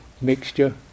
mixture